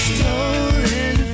Stolen